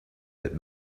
that